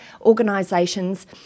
organisations